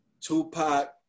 Tupac